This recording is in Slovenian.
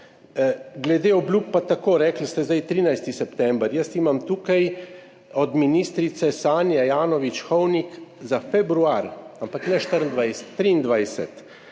Glede obljub pa tako. Rekli ste zdaj 13. september, jaz imam tukaj od ministrice Sanje Ajanović Hovnik za februar, ampak ne 2024,